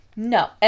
No